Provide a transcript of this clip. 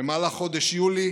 במהלך חודש יולי